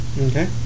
Okay